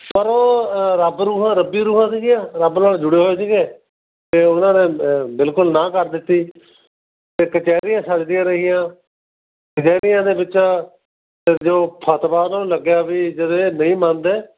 ਪਰ ਉਹ ਰੱਬ ਰੂਹਾਂ ਰੱਬੀ ਰੂਹਾਂ ਸੀਗੀਆ ਰੱਬ ਨਾਲ ਜੁੜੇ ਹੋਏ ਸੀਗੇ ਅਤੇ ਉਹਨਾਂ ਨੇ ਬਿਲਕੁਲ ਨਾਂਹ ਕਰ ਦਿੱਤੀ ਅਤੇ ਕਚਹਿਰੀਆਂ ਸਜਦੀਆਂ ਰਹੀਆਂ ਕਚਹਿਰੀਆਂ ਦੇ ਵਿੱਚ ਜੋ ਫਤਵਾ ਉਹਨਾਂ ਨੂੰ ਲੱਗਿਆ ਵੀ ਜਦੋਂ ਇਹ ਨਹੀਂ ਮੰਨਦੇ